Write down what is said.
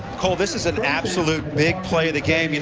cole, this is an absolute big play of the game. you know